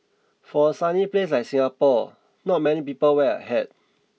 for a sunny place like Singapore not many people wear a hat